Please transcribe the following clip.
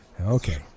Okay